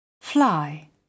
fly